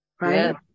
Right